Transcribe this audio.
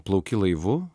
plauki laivu